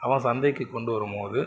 அவன் சந்தைக்கு கொண்டு வரும் போது